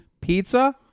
Pizza